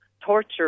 torture